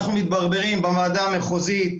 אנחנו מתברברים בוועדה המחוזית,